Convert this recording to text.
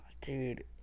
dude